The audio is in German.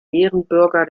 ehrenbürger